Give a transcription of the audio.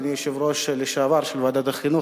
אדוני היושב-ראש לשעבר של ועדת החינוך,